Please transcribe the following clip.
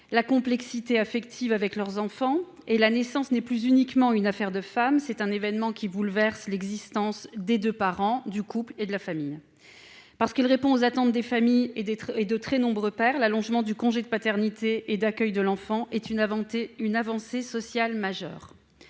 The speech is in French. la complexité affective avec leurs enfants. De plus, la naissance n'est plus uniquement une affaire de femmes : c'est un événement qui bouleverse l'existence des deux parents, du couple et de la famille. Parce qu'il répond aux attentes des familles et de très nombreux pères, l'allongement de la durée du congé de paternité et d'accueil de l'enfant est une avancée sociale majeure.